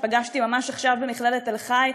שפגשתי ממש עכשיו במכללת תל-חי.